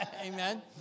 Amen